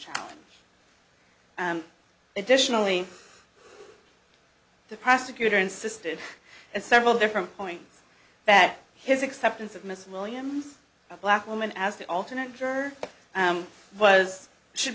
challenge additionally the prosecutor insisted on several different points that his acceptance of mrs williams a black woman as the alternate juror was should